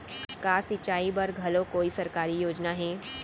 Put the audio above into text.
का सिंचाई बर घलो कोई सरकारी योजना हे?